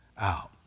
out